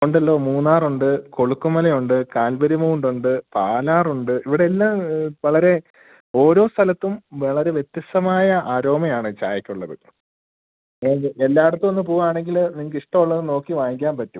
ഉണ്ടല്ലോ മൂന്നാർ ഉണ്ട് കൊളുക്കുമല ഉണ്ട് കാൽവരി മൗണ്ട് ഉണ്ട് പാലാർ ഉണ്ട് ഇവിടെയെല്ലാം വളരെ ഓരോ സ്ഥലത്തും വളരെ വ്യത്യസ്തമായ അരോമയാണ് ചായയ്ക്ക് ഉള്ളത് അതായത് എല്ലായിടത്തും ഒന്ന് പോവുവാണെങ്കിൽ നിങ്ങൾക്ക് ഇഷ്ടം ഉള്ളത് നോക്കി വാങ്ങിക്കാൻ പറ്റും